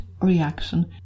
reaction